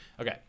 Okay